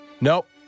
Nope